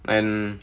and